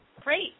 Great